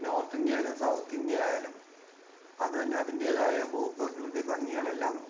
north India ആയാലും south India ആയാലും അതിന് അതിന്റേതായ ഭൂപ്രകൃതി ഭംഗികളെല്ലാം